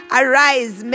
arise